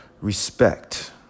Respect